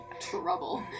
Trouble